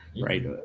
right